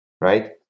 right